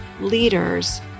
leaders